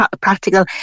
practical